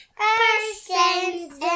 persons